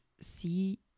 see